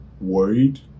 worried